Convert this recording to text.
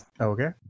Okay